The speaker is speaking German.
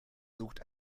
sucht